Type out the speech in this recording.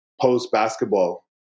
post-basketball